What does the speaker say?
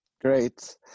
great